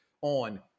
on